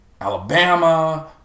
Alabama